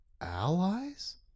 allies